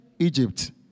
Egypt